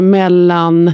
mellan